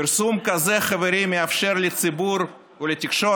פרסום כזה, חברים, מאפשר לציבור ולתקשורת